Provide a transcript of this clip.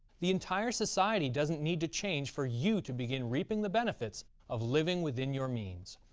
the entire society doesn't need to change for you to begin reaping the benefits of living within your means,